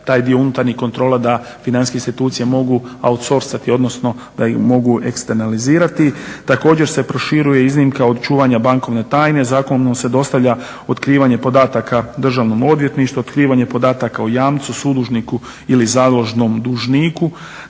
taj dio unutarnjih kontrola da financijske institucije mogu outsorsati odnosno da ih mogu eksteanalizirati. Također se proširuje iznimka od čuvanja bankovne tajne, zakonom se dostavlja otkrivanje podataka Državno odvjetništvu, otkrivanje podataka o jamcu, sudužniku ili založnom dužniku,